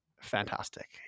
fantastic